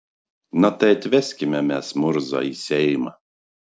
na tai atveskime mes murzą į seimą